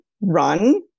run